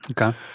Okay